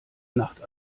nacht